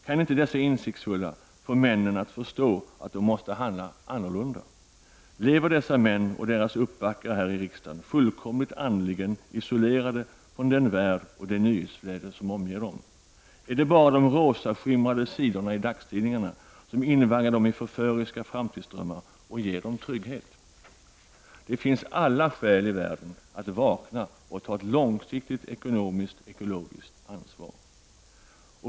Kan inte dessa insiktsfulla få männen att förstå att de måste handla annorlunda? Lever dessa män och deras uppbackare här i riksdagen fullkomligt andligen isolerade från den värld och det nyhetsflöde som omger dem? Är det bara de rosaskimrande sidorna i dagstidningarna som invaggar dem i förföriska framtidsdrömmar och ger dem trygghet? Det finns alla skäl i världen att vakna och ta ett långsiktigt ekologiskt och ekonomiskt ansvar.